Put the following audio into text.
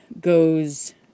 goes